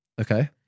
okay